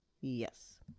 yes